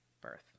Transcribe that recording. birth